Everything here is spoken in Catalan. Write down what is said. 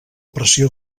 pressió